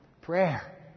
Prayer